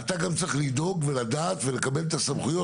אתה גם צריך לדאוג ולדעת ולקבל את הסמכויות,